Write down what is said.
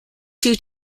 two